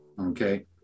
Okay